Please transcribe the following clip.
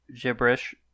gibberish